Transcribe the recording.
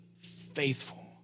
faithful